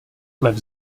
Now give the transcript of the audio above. lev